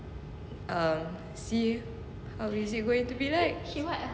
um see how is it going to be like